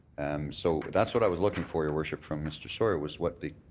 so that's what i was looking for, your worship, from mr. sawyer, was what the